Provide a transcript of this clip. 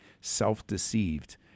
self-deceived